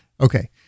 Okay